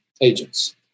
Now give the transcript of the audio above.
agents